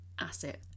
asset